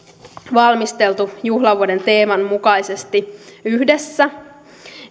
valmisteltu juhlavuoden teeman mukaisesti yhdessä